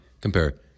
Compare